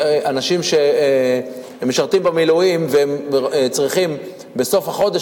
אנשים שמשרתים במילואים והם צריכים בסוף החודש